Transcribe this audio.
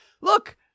Look